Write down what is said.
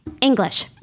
English